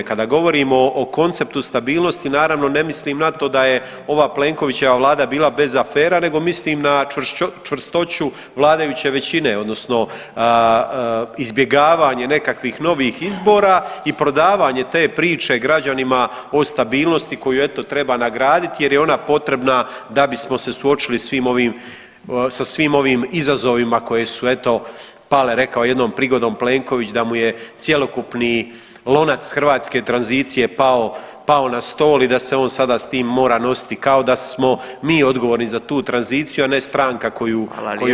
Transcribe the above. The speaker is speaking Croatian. Kada govorimo o konceptu stabilnosti naravno ne mislim na to da je ova Plenkovićeva vlada bila bez afera, nego mislim na čvrstoću vladajuće većine odnosno izbjegavanje nekakvih novih izbora i prodavanje te priče građanima o stabilnosti koju eto treba nagraditi jer je ona potrebna da bismo se suočili sa svim ovim izazovima koje su eto pale rekao je jednom prigodom Plenković, da mu je cjelokupni lonac hrvatske tranzicije pao na stol i da se on sada s tim mora nositi kao da smo mi odgovorni za tu tranziciju, a ne stranka koju on vodi.